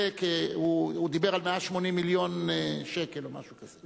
הוא דיבר על 180 מיליון שקל או משהו כזה.